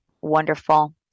Wonderful